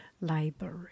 library